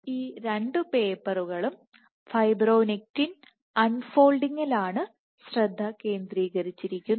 ഈ രണ്ട് പേപ്പറുകളും ഫൈബ്രോണെക്റ്റിൻ അൺഫോൾഡിങ്ങിലാണ് ശ്രദ്ധ കേന്ദ്രീകരിച്ചിരിക്കുന്നത്